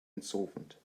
insolvent